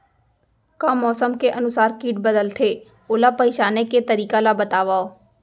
का मौसम के अनुसार किट बदलथे, ओला पहिचाने के तरीका ला बतावव?